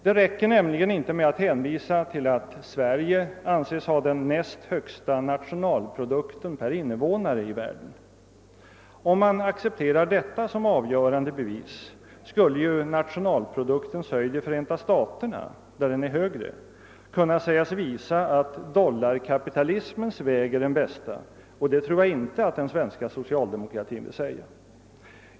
Det räcker nämligen inte med att hänvisa till att Sverige anses ha den näst högsta nationalprodukten per innevånare i världen. Om man accepterar detta som avgörande bevis skulle ju nationalproduktens höjd i Förenta staterna, där den är högre, kunna sägas visa att dollarkapitalismens väg är den bästa, och det tror jag inte att den svenska socialdemokratin vill hävda.